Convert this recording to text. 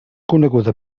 coneguda